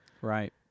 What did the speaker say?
Right